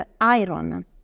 iron